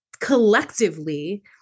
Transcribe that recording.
collectively